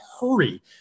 hurry